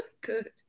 Good